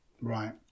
Right